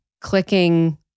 clicking